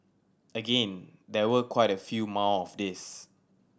again there were quite a few more of these